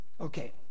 Okay